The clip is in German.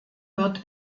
wird